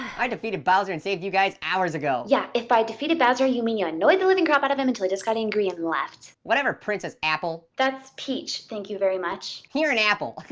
i defeated bowser and saved you guys hours ago. yeah, if by defeated bowser, you mean you annoyed the living crap out of him until he just got angry and left. whatever, princess apple. that's peach, thank you very much. you're an apple.